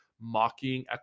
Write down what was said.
mocking